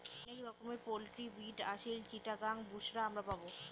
অনেক রকমের poultry breed Aseel, Chittagong, Busra আমরা পাবো